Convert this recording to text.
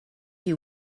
you